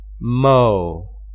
mo